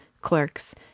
clerks